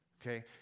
Okay